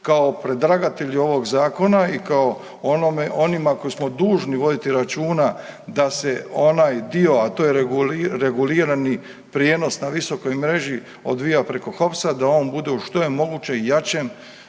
kao predlagatelju ovog zakona i kao onima koji smo dužni voditi računa da se onaj dio, a to je regulirani prijenos na visokoj mreži odvija preko HOPS-a da on bude u što je moguće jačem